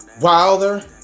Wilder